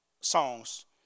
Songs